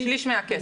שליש מהכסף.